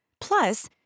Plus